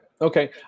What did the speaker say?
Okay